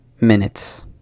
minutes